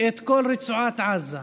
את כל רצועת עזה,